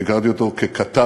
אני הכרתי אותו ככתב,